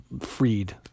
freed